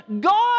God